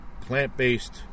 plant-based